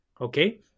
okay